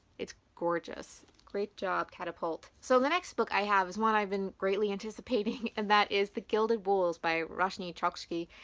it's gorgeous. great job, catapult. so in the next book i have is one i've been greatly anticipating and that is the gilded wolves by roshani chokshi,